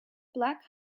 black